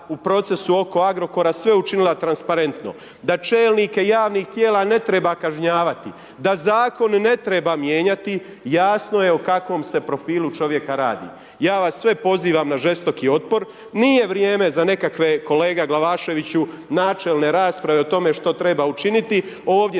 u procesu oko Agrokora sve učinila transparentno, da čelnike javnih tijela ne treba kažnjavati, da zakon ne treba mijenjati, jasno je kakvom se profilu čovjeka radi. Ja vas sve pozivam na žestoki otpor. Nije vrijeme za nekakve kolega Glavaševiću, načelne rasprave, o tome što treba učiniti. Ovdje